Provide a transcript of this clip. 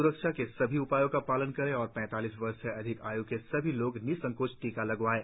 स्रक्षा के सभी उपायों का पालन करें और पैतालीस वर्ष से अधिक आय् के सभी लोग निसंकोच टीका लगवाएं